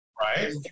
right